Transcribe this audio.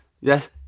yes